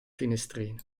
finestrino